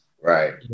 Right